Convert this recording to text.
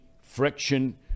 friction